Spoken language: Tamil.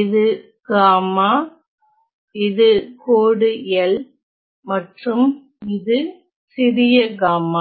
இது காமா இது கோடு L மற்றும் இது சிறிய காமா